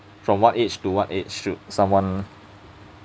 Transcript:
from what age to what age should someone